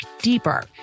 deeper